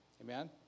Amen